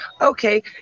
Okay